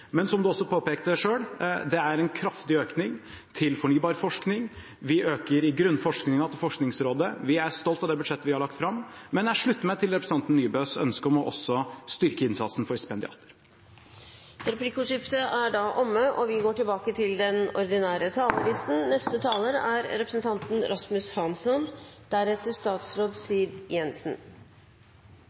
Men som jeg også påpekte selv, er det en kraftig økning til fornybar forskning. Vi øker i grunnforskningen til Forskningsrådet. Vi er stolt av det budsjettet vi har lagt fram, men jeg slutter meg til representanten Nybøs ønske om også å styrke innsatsen for stipendiater. Replikkordskiftet er omme. Miljøpartiet De Grønne og vårt budsjetts rolle i norsk politikk er